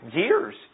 years